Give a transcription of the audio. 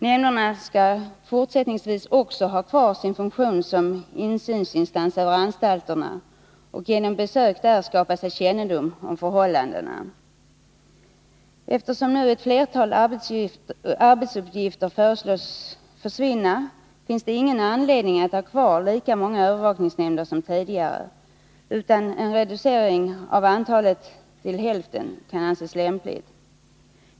Nämnderna skall fortsättningsvis också ha kvar sin funktion som insynsinstans över anstalterna och genom personliga besök där skapa sig kännedom om förhållandena. Eftersom ett flertal arbetsuppgifter kommer att försvinna, finns det ingen anledning att ha kvar lika många övervakningsnämnder som tidigare, utan en reducering av antalet till hälften kan anses lämpligt.